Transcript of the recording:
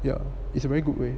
yeah it's a very good way